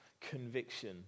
conviction